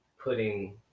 putting